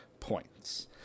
points